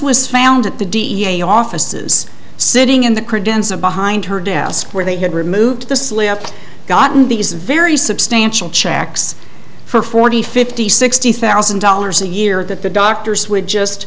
was found at the da offices sitting in the credenza behind her desk where they had removed the slip gotten these very substantial checks for forty fifty sixty thousand dollars a year that the doctors would just